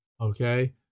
Okay